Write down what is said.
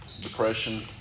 depression